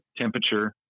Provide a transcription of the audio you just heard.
temperature